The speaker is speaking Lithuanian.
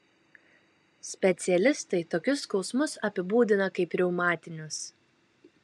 specialistai tokius skausmus apibūdina kaip reumatinius